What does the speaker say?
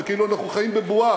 זה כאילו אנחנו חיים בבועה,